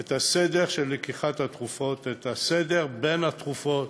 את הסדר של לקיחת התרופות, את הסדר בין התרופות,